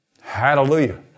Hallelujah